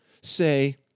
say